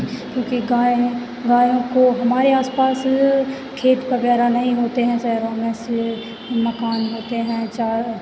क्योंकि गाय हैं गायों को हमारे आसपास खेत वगैरह नहीं होते हैं शहरों में सिर्फ़ मकान होते हैं चार